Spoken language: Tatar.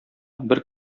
бер